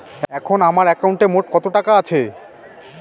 এখন আমার একাউন্টে মোট কত টাকা আছে?